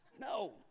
No